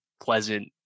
pleasant